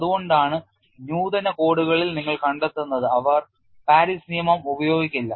അതുകൊണ്ടാണ് നൂതന കോഡുകളിൽ നിങ്ങൾ കണ്ടെത്തുന്നത് അവർ പാരീസ് നിയമം ഉപയോഗിക്കില്ല